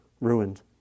ruined